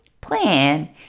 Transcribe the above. plan